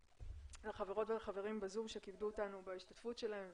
לחברות ולחברים בזום שכיבדו אותנו בהשתתפות שלהם,